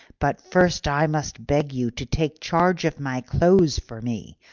but first i must beg you to take charge of my clothes for me,